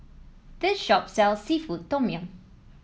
this shop sells seafood Tom Yum